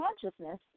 consciousness